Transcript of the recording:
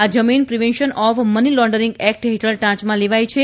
આ જમીન prevention of money laundering act હેઠળ ટાંચમાં લેવાય છે